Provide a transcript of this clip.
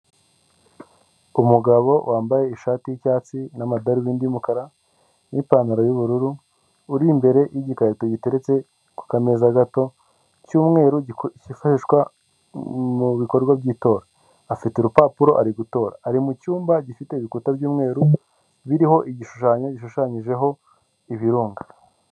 Umugabo wambaye ishati y'icyatsi n'amadarubindi y'umukara n'ipantaro y'ubururu uri imbere y'igikarito giteretse ku kameza gato k'umweru kiifashwishwa mu bikorwa by'itora afite urupapuro ari gutora ari mu cyumba gifite ibikuta by'umweru biriho igishushanyo gishushanyijeho ibirunga.